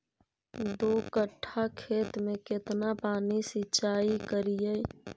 दू कट्ठा खेत में केतना पानी सीचाई करिए?